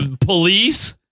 police